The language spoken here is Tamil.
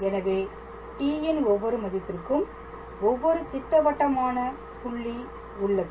எனவே t ன் ஒவ்வொரு மதிப்பிற்கும் ஒவ்வொரு திட்டவட்டமான புள்ளி உள்ளது